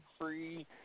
free